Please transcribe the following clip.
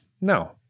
No